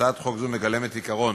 הצעת חוק זו מגלמת עיקרון